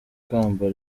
ikamba